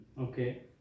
Okay